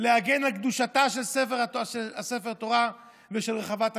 להגן על קדושתם של ספר התורה ושל רחבת הכותל.